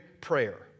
prayer